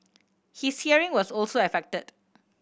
his hearing was also affected